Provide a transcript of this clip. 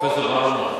פרופסור ברוורמן?